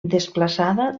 desplaçada